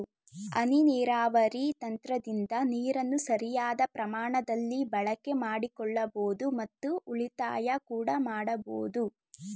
ಹನಿ ನೀರಾವರಿ ತಂತ್ರದಿಂದ ನೀರನ್ನು ಸರಿಯಾದ ಪ್ರಮಾಣದಲ್ಲಿ ಬಳಕೆ ಮಾಡಿಕೊಳ್ಳಬೋದು ಮತ್ತು ಉಳಿತಾಯ ಕೂಡ ಮಾಡಬೋದು